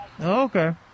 Okay